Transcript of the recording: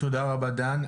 תודה רבה דן.